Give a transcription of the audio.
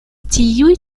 tiuj